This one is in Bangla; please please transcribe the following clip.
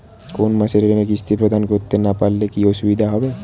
কোনো মাসে ঋণের কিস্তি প্রদান করতে না পারলে কি অসুবিধা হবে?